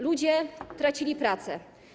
Ludzie tracili pracę.